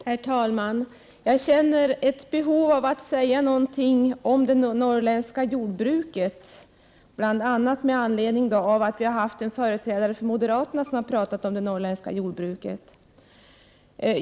Herr talman! Jag känner ett behov av att säga någonting om det norrländska jordbruket, bl.a. med anledning av att det har varit en företrädare från moderaterna som har talat om det norrländska jordbruket.